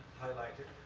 highlighted.